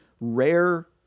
rare